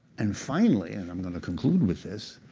and finally, and i'm going to conclude with this,